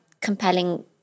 compelling